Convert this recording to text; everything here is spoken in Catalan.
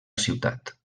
ciutat